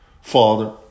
Father